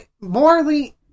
Morally